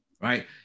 right